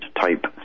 type